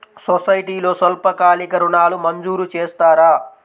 సొసైటీలో స్వల్పకాలిక ఋణాలు మంజూరు చేస్తారా?